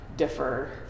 differ